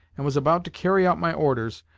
and was about to carry out my orders,